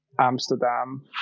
amsterdam